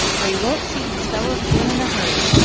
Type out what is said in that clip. or you won't see these fellows again in a hurry.